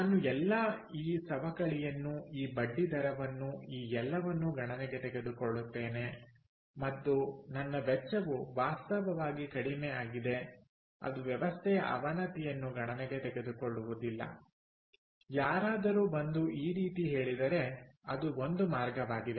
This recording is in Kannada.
ನಾನು ಎಲ್ಲಾ ಈ ಸವಕಳಿಯನ್ನುಈ ಬಡ್ಡಿದರವನ್ನು ಈ ಎಲ್ಲವನ್ನು ಗಣನೆಗೆ ತೆಗೆದುಕೊಳ್ಳುತ್ತೇನೆ ಮತ್ತು ನನ್ನ ವೆಚ್ಚವು ವಾಸ್ತವವಾಗಿ ಕಡಿಮೆ ಆಗಿದೆ ಅದು ವ್ಯವಸ್ಥೆಯ ಅವನತಿಯನ್ನು ಗಣನೆಗೆ ತೆಗೆದುಕೊಳ್ಳುವುದಿಲ್ಲ ಯಾರಾದರೂ ಬಂದು ಈ ರೀತಿ ಹೇಳಿದರೆ ಅದು ಒಂದು ಮಾರ್ಗವಾಗಿದೆ